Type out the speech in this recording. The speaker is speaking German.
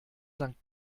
sankt